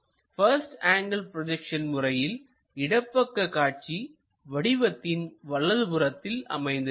first angle projection முறையில் இடப்பக்க காட்சி வடிவத்தின் வலது புறத்தில் அமைந்திருக்கும்